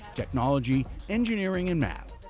technology, engineering and math.